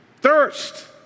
Thirst